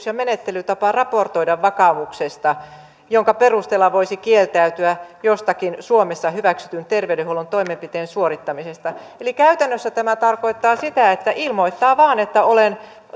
ja menettelytapa raportoida vakaumuksesta jonka perusteella voisi kieltäytyä jostakin suomessa hyväksytyn terveydenhuollon toimenpiteen suorittamisesta eli käytännössä tämä tarkoittaa sitä että ilmoittaa vain että